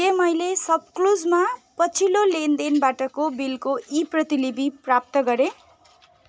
के मैले सपक्लुजमा पछिल्लो लेनदेनबाटको बिलको ई प्रतिलिपि प्राप्त गरेँ